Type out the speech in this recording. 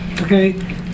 Okay